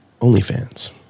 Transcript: OnlyFans